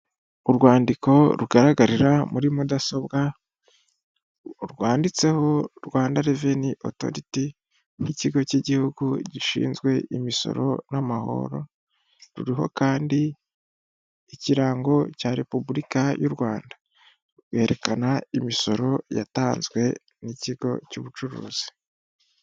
Urwandiko rugaragarira muri mudasobwa rwanditseho Rwanda Revenue Autohority nk'ikigo cy' igihugu gishinzwe imisoro n'amahoro; ruriho kandi ikirango cya repubulika y' u Rwanda rwerekana imisoro yatanzwe n'ikigo cy'ubucuruzi.